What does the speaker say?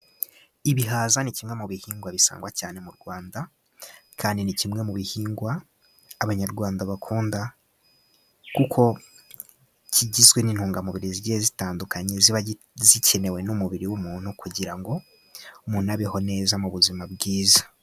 Ibihaza ni kimwe mu bihingwa bisangwa cyane mu Rwanda, kandi ni kimwe mu bihingwa abanyarwanda bakunda ,kuko kigizwe n'intungamubiri zigiye zitandukanye, ziba zikenewe n'umubiri w'umuntu, kugira ngo umuntu abeho neza mu buzima bwiza.